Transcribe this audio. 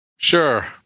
Sure